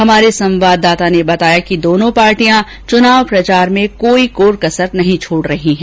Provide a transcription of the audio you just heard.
हमारे संवाददाता ने बताया है कि दोनों पार्टियां चुनावी प्रचार में कोई कोर कसर नहीं छोड रही हैं